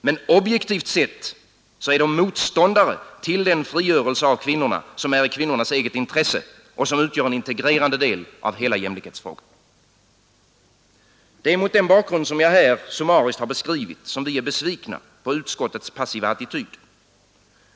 Men objektivt sett är de motståndare till den frigörelse av kvinnorna som är i kvinnornas eget intresse och som utgör en integrerande del av hela jämlikhetsfrågan. Det är mot den bakgrund som jag här summmariskt beskrivit som vi är besvikna på utskottets passiva attityd.